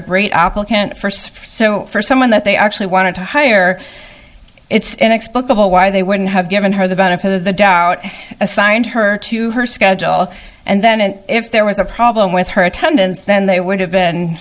a great opera can't first so for someone that they actually wanted to hire it's an expo the whole why they wouldn't have given her the benefit of the doubt assigned her to her schedule and then if there was a problem with her attendance then they would have been